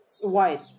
white